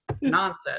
Nonsense